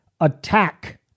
attack